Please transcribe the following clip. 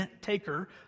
taker